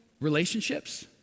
relationships